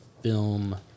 film